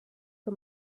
the